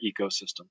ecosystems